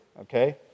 okay